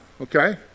okay